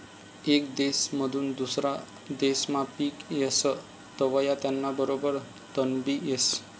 येक देसमाधून दुसरा देसमा पिक येस तवंय त्याना बरोबर तणबी येस